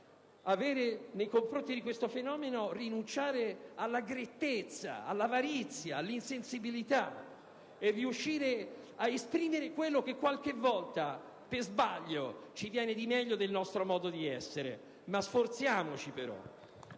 che nei confronti di questo fenomeno dovremmo rinunciare alla grettezza, all'avarizia, all'insensibilità e riuscire ad esprimere quello che qualche volta, per sbaglio, ci viene meglio del nostro modo di essere. Sforziamoci, però.